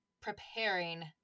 preparing